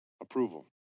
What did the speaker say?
approval